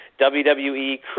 WWE